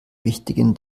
wichtigen